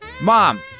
Mom